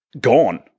gone